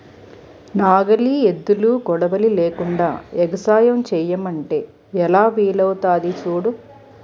నాగలి, ఎద్దులు, కొడవలి లేకుండ ఎగసాయం సెయ్యమంటే ఎలా వీలవుతాది సూడు